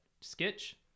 sketch